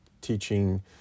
teaching